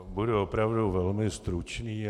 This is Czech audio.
Budu opravdu velmi stručný.